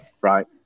Right